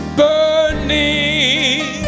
burning